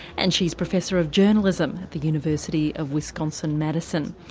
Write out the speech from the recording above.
and she's professor of journalism at the university of wisconsin, maddison.